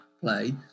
play